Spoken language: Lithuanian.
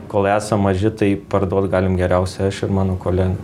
kol esam maži tai parduot galime geriausia aš ir mano kolega